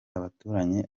abaturanyi